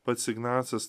pats ignacas